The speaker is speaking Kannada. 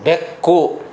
ಬೆಕ್ಕು